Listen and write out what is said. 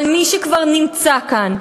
אבל מי שכבר נמצא כאן,